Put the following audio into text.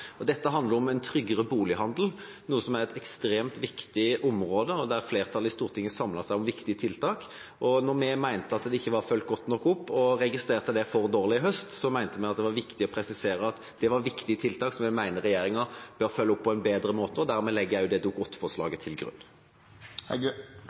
handler om en tryggere bolighandel, noe som er et ekstremt viktig område, og der flertallet i Stortinget samlet seg om viktige tiltak. Når vi mente at det ikke var fulgt godt nok opp, og registrerte det for dårlig i høst, mente vi at det var viktig å presisere at det var viktige tiltak, som vi mener regjeringa bør følge opp på en bedre måte. Dermed legger jeg Dokument 8-forslaget til grunn. Det